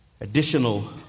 additional